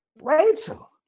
rachel